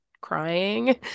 crying